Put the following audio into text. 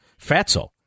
fatso